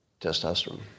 testosterone